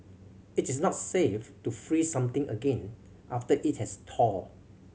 it is not safe to freeze something again after it has thawed